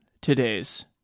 today's